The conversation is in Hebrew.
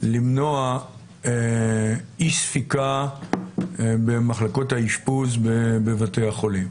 למנוע אי ספיקה במחלקות האשפוז בבתי החולים.